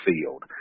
field